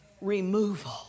removal